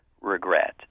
regret